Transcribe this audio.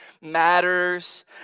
matters